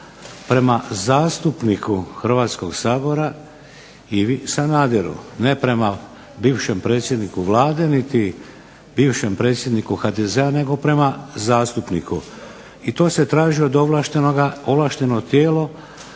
prema zastupniku Hrvatskog sabora Ivi Sanaderu, ne prema bivšem predsjedniku Vlade niti bivšem predsjedniku HDZ-a nego prema zastupniku. I to se traži od ovlaštenog tijela,